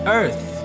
earth